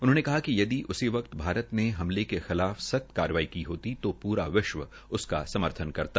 उन्होंने कहा कि यदि उसी वक्त भारत ने हमले के खिलाफ सख्त कार्रवाई की होती तो पूरा विश्व उसका समर्थन करता